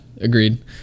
agreed